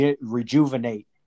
rejuvenate